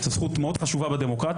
זו זכות מאוד חשובה בדמוקרטיה,